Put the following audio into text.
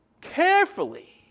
carefully